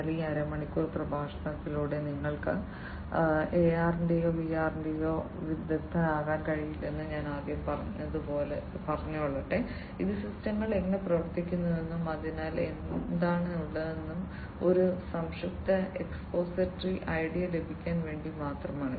എന്നാൽ ഈ അരമണിക്കൂർ പ്രഭാഷണത്തിലൂടെ നിങ്ങൾക്ക് AR ന്റെയോ VR ന്റെയോ വിദഗ്ദ്ധനാകാൻ കഴിയില്ലെന്ന് ഞാൻ ആദ്യം പറഞ്ഞതുപോലെ ഇത് സിസ്റ്റങ്ങൾ എങ്ങനെ പ്രവർത്തിക്കുന്നുവെന്നും അതിൽ എന്താണ് ഉള്ളതെന്നും ഒരു സംക്ഷിപ്ത എക്സ്പോസിറ്ററി ഐഡിയ ലഭിക്കാൻ വേണ്ടി മാത്രമാണ്